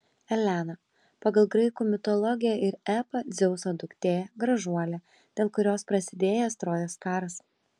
elena pagal graikų mitologiją ir epą dzeuso duktė gražuolė dėl kurios prasidėjęs trojos karas